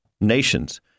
nations